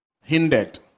hindered